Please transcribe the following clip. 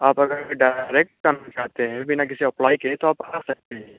आप अगर डायरेक्ट आना चाहते हैं बिना किसी अप्लाइ के तो आप आ सकते हैं